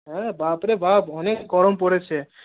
হ্যাঁ বাপরে বাপ অনেক গরম পড়েছে